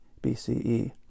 BCE